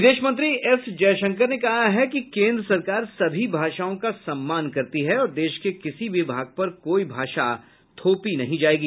विदेश मंत्री एस जयशंकर ने कहा है कि केन्द्र सरकार सभी भाषाओं का सम्मान करती हैं और देश के किसी भी भाग पर कोई भाषा थोपी नहीं जाएगी